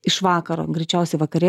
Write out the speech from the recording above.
iš vakaro greičiausiai vakare